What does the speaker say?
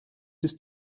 des